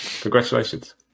Congratulations